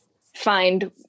find